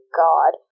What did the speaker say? god